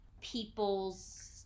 people's